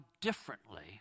differently